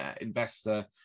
investor